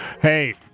Hey